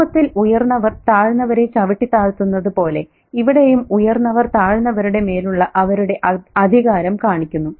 സമൂഹത്തിൽ ഉയർന്നവർ താഴ്ന്നവരെ ചവിട്ടിത്താഴ്ത്തുന്നത് പോലെ ഇവിടെയും ഉയർന്നവർ താഴ്ന്നവരുടെ മേലുള്ള അവരുടെ അധികാരം കാണിക്കുന്നു